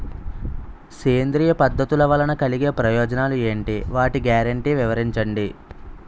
సేంద్రీయ పద్ధతుల వలన కలిగే ప్రయోజనాలు ఎంటి? వాటి గ్యారంటీ వివరించండి?